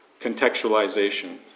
contextualization